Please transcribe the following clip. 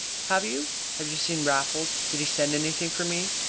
have you? have you seen raffles? did he send anything for me?